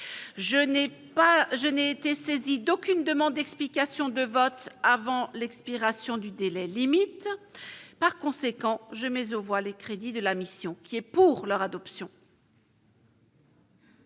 je n'ai été saisi d'aucune demande d'explication de vote avant l'expiration du délai limite, par conséquent je mais on voit les crédits de la mission qui est, pour leur adoption.